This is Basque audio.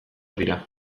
dira